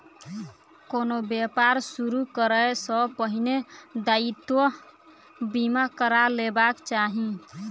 कोनो व्यापार शुरू करै सॅ पहिने दायित्व बीमा करा लेबाक चाही